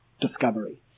discovery